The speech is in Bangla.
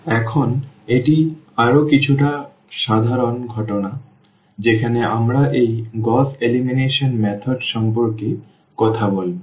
এখন এটি আরও কিছুটা সাধারণ ঘটনা যেখানে আমরা এই গউস এলিমিনেশন পদ্ধতি সম্পর্কে কথা বলব